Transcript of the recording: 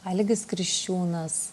algis kriščiūnas